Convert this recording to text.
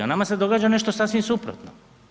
Nama se događa nešto sasvim suprotno.